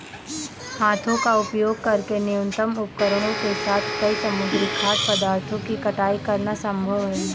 हाथों का उपयोग करके न्यूनतम उपकरणों के साथ कई समुद्री खाद्य पदार्थों की कटाई करना संभव है